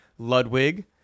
ludwig